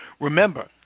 Remember